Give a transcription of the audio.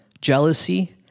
jealousy